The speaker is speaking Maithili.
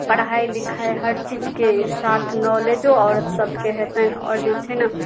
पढ़ाइ लिखाइ हर चीजके साथ नॉलेजो औरत सभके हेतनि आओर जे छै ने